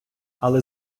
але